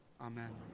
Amen